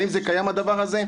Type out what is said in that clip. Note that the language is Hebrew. האם זה קיים, הדבר הזה?